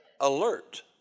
Alert